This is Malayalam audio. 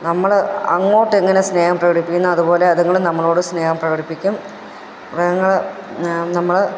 നമ്മൾ അങ്ങോട്ട് എങ്ങനെ സ്നേഹം പ്രകടിപ്പിക്കുന്നൊ അതുപോലെ അതുങ്ങൾ നമ്മളോട് സ്നേഹം പ്രകടിപ്പിക്കും മൃഗങ്ങൾ നമ്മൾ